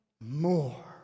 more